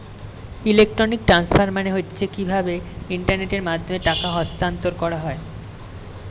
electronic transfer মানে হচ্ছে কিভাবে ইন্টারনেটের মাধ্যমে টাকা স্থানান্তর করা হয়